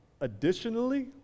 additionally